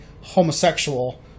homosexual